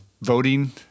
voting